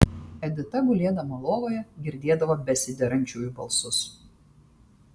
edita gulėdama lovoje girdėdavo besiderančiųjų balsus